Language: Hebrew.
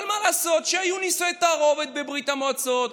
אבל מה לעשות שהיו נישואי תערובת בברית המועצות,